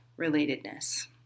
relatedness